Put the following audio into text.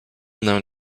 known